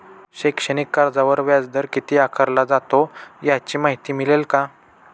शैक्षणिक कर्जावर व्याजदर किती आकारला जातो? याची माहिती मिळेल का?